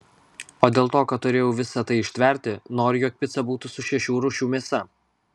o dėl to kad turėjau visa tai ištverti noriu jog pica būtų su šešių rūšių mėsa